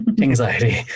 Anxiety